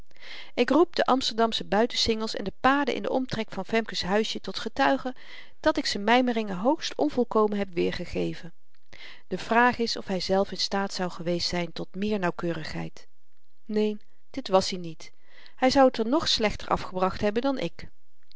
ik roep de amsterdamsche buitensingels en de paden in den omtrek van femke's huisje tot getuigen dat ik z'n mymeringen hoogst onvolkomen heb weergegeven de vraag is of hyzelf in staat zou geweest zyn tot meer nauwkeurigheid neen dit was-i niet hy zou t er nog slechter afgebracht hebben dan ik